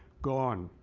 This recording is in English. gone.